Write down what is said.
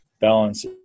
balance